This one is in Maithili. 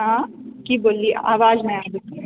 हँ की बोलिऐ आवाज नहि आबैत छै